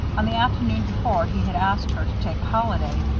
on the afternoon before he had asked her to take a holiday,